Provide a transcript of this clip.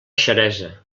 xeresa